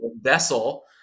vessel